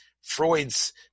Freud's